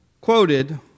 quoted